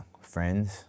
friends